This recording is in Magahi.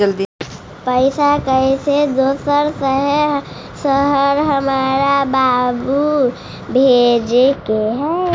पैसा कैसै दोसर शहर हमरा बाबू भेजे के है?